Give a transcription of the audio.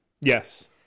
Yes